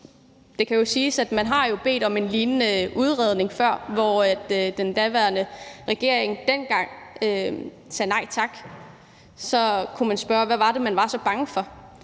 jo har bedt om en lignende udredning før, hvor den daværende regering sagde nej tak – så kunne man spørge, hvad det var, man var så bange for.